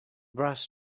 brass